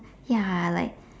ya like